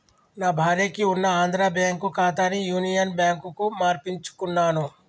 నా భార్యకి ఉన్న ఆంధ్రా బ్యేంకు ఖాతాని యునియన్ బ్యాంకుకు మార్పించుకున్నాను